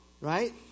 right